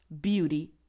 beauty